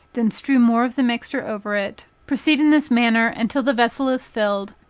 then strew more of the mixture over it, proceed in this manner until the vessel is filled,